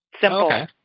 Simple